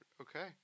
okay